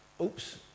Oops